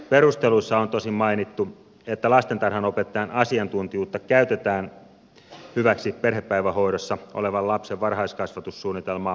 perusteluissa on tosin mainittu että lastentarhanopettajan asiantuntijuutta käytetään hyväksi perhepäivähoidossa olevan lapsen varhaiskasvatussuunnitelmaa tehtäessä